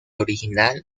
original